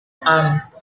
arms